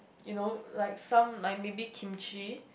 you know like some like maybe kimchi